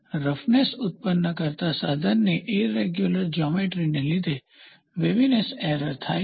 surface ઉત્પન્ન કરતા સાધનની ઇરેગ્યુલર જ્યોમેટ્રીને લીધે વેવનેસ એરર થાઈ છે